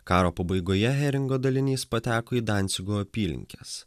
karo pabaigoje heringo dalinys pateko į dancigo apylinkes